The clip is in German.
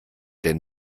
der